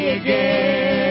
again